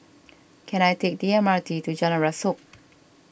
can I take the M R T to Jalan Rasok